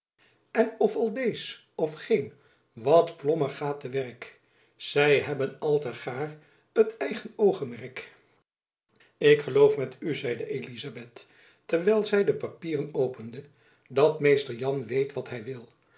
en of al dees of gheen wat plomper ga te werck sy hebben al te gaer het eyghen ooghemerck ik geloof met u zeide elizabeth terwijl zy de papieren opende dat mr jan weet wat hy wil